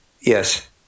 yes